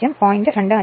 25 is ആണ്